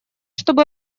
чтобы